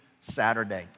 Saturday